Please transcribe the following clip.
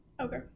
Okay